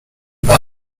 war